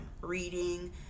reading